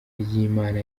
ry’imana